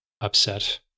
upset